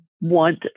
want